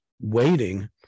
waiting